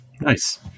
nice